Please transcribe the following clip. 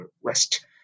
West